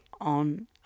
on